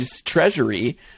Treasury